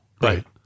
Right